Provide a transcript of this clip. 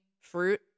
fruit